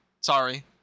Sorry